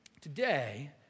Today